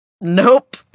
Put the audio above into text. Nope